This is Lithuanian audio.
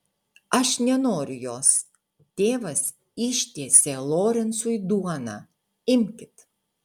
aš nenoriu jos tėvas ištiesė lorencui duoną imkit